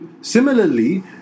Similarly